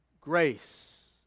Grace